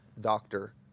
doctor